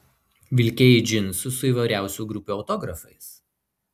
vilkėjai džinsus su įvairiausių grupių autografais